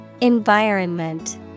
Environment